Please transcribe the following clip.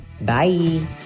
Bye